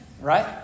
right